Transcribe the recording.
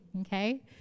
okay